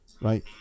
Right